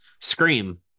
Scream